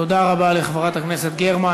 תודה רבה לחברת הכנסת גרמן.